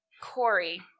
Corey